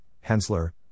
Hensler